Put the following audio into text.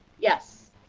yes.